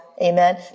Amen